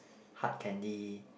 hard candy